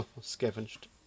scavenged